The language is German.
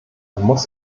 muss